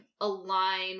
align